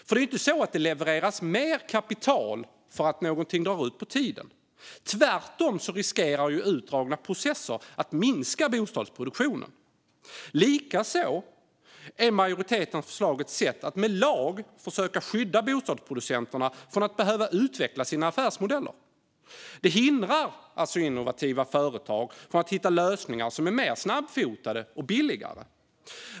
Det är ju inte så att det levereras mer kapital för att någonting drar ut på tiden. Tvärtom riskerar utdragna processer att minska bostadsproduktionen. Likaså är majoritetens förslag ett sätt att med lag försöka skydda bostadsproducenterna från att behöva utveckla sina affärsmodeller. Det hindrar alltså innovativa företag från att hitta lösningar som är mer snabbfotade och billigare.